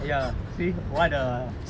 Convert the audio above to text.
ya see what a